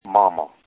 Mama